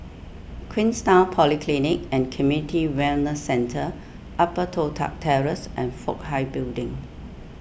Queenstown Polyclinic and Community Wellness Centre Upper Toh Tuck Terrace and Fook Hai Building